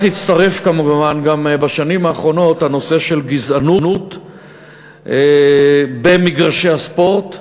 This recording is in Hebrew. לכך הצטרף בשנים האחרונות גם הנושא של גזענות במגרשי הספורט,